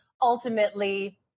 ultimately